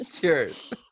Cheers